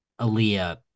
Aaliyah